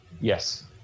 Yes